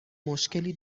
مشکلی